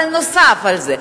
אבל נוסף על זה,